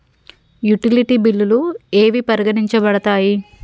Utility బిల్లులు ఏవి పరిగణించబడతాయి?